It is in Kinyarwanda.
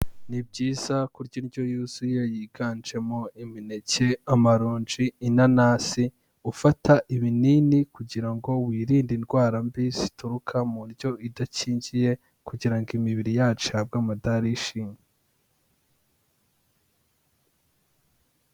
Ni byiza kurya indyo yuzuye yiganjemo imineke, amaronji, inanasi, gufata ibinini kugira ngo wirinde indwara mbi zituruka mu ndyo idakingiye kugira ngo imibiri yacu ihabwe umudari w'ishimwe.